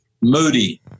Moody